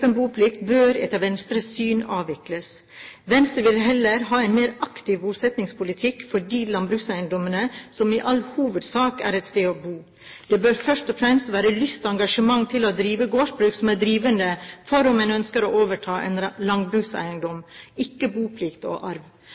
en mer aktiv bosettingspolitikk for de landbrukseiendommene som i all hovedsak er et sted å bo. Det bør først og fremst være lyst og engasjement til å drive gårdsbruk som er drivende for om en ønsker å overta en landbrukseiendom, ikke boplikt og arv.